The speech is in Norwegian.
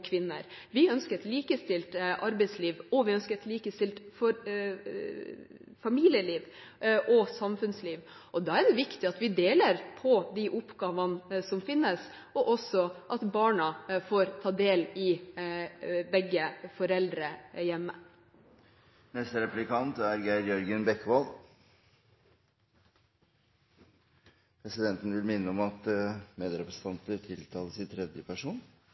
kvinner. Vi ønsker et likestilt arbeidsliv, og vi ønsker et likestilt familieliv og samfunnsliv. Da er det viktig at vi deler på de oppgavene som finnes, og også at barna får ta del i begge foreldrenes oppgaver hjemme. Presidenten minner om at medrepresentanter tiltales i tredje person